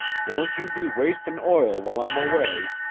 don't you be wastin' oil while i'm away,